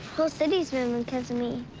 whole cities move because of me.